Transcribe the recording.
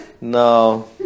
No